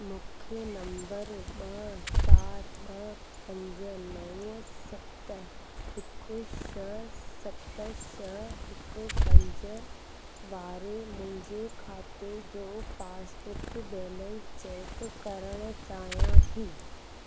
मूंखे नंबर ॿ चारि ॿ पंज नव सत हिकु छह सत छह हिकु पंज वारे मुंहिंजे खाते जो पासबुक बैलेंस चेक करणु चाहियां थी